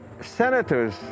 senators